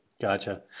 Gotcha